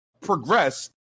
progressed